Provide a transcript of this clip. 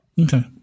Okay